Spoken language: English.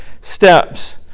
steps